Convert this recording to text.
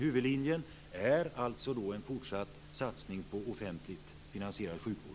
Huvudlinjen är en fortsatt satsning på offentligt finansierad sjukvård.